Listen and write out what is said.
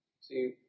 See